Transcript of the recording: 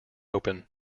open